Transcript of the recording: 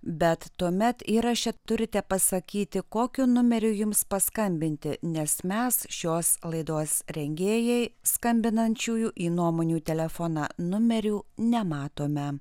bet tuomet įraše turite pasakyti kokiu numeriu jums paskambinti nes mes šios laidos rengėjai skambinančiųjų į nuomonių telefoną numerių nematome